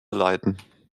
leiden